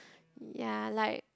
ya like